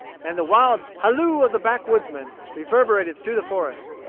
and the wild halloo of the backwoodsmen reverberated through the forest,